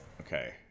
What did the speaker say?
Okay